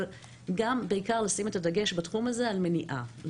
אבל גם בעיקר לשים את הדגש בתחום הזה על מניעה.